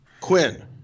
Quinn